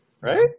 Right